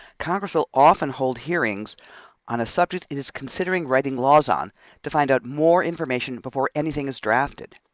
congress will often hold hearings on a subject it is considering writing laws on to find out more information before anything is drafted.